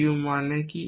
q মানে কি